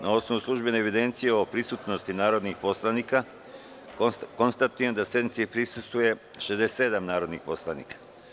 Na osnovu službene evidencije o prisutnosti narodnih poslanika, konstatujem da sednici prisustvuju 67 narodna poslanika.